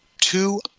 two